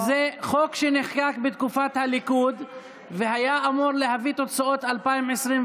זה חוק שנחקק בתקופת הליכוד והיה אמור להביא תוצאות ב-2021.